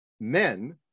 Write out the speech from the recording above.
men